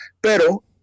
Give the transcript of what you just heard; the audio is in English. pero